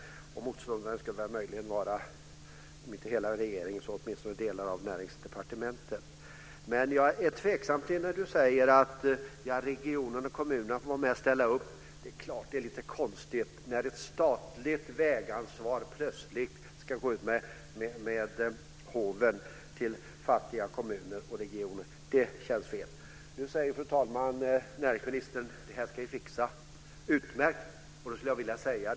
Motståndare skulle möjligen vara om inte hela regeringen så åtminstone delar av Näringsdepartementet. Men jag är tveksam när hon säger att regionen och kommunerna får vara med och ställa upp. Det är klart att det är lite konstigt när ett statligt vägansvar plötsligt ska gå med håven till fattiga kommuner och regioner. Det känns fel. Fru talman! Nu säger näringsministern att det här ska fixas. Utmärkt!